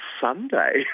Sunday